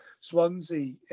Swansea